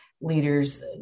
leaders